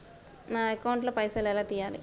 నా అకౌంట్ ల పైసల్ ఎలా తీయాలి?